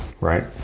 right